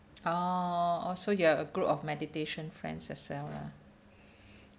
orh so you are a group of meditation friends as well lah